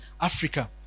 africa